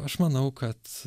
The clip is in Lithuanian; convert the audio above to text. aš manau kad